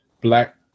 Black